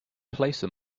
placer